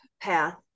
path